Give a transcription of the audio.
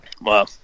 Wow